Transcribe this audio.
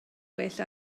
well